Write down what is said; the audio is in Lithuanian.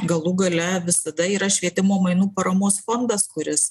galų gale visada yra švietimo mainų paramos fondas kuris